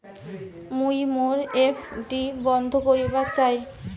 মুই মোর এফ.ডি বন্ধ করিবার চাই